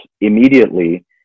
immediately